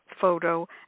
photo